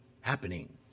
happening